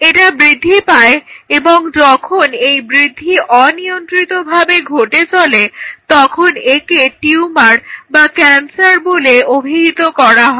এটা বৃদ্ধি পায় এবং যখন এই বৃদ্ধি অনিয়ন্ত্রিতভাবে ঘটে চলে তখন একে টিউমার বা ক্যান্সার বলে অভিহিত করা হয়